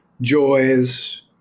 joys